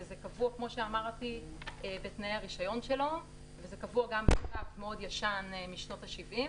וזה קבוע בתנאי הרישיון שלו וזה קבוע גם בצו מאוד ישן משנות ה-70,